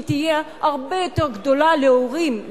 העלות תהיה הרבה יותר גדולה להורים,